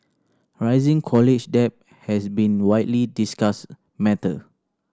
rising college debt has been widely discussed matter